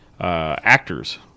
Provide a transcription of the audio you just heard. actors